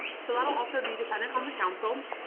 so that will also be dependent on the council.